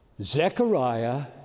Zechariah